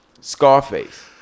Scarface